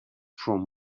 from